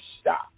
stop